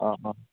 অঁ অঁ